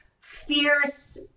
Fierce